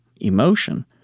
emotion